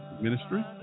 Ministry